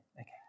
Okay